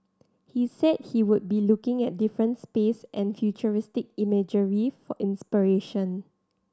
he said he would be looking at different space and futuristic imagery for inspiration